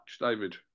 David